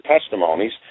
testimonies